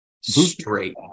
straight